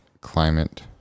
climate